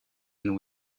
and